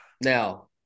Now